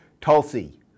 Tulsi